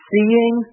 Seeing